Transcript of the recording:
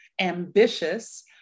ambitious